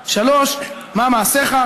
3. מה מעשיך,